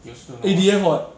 A_D_F [what]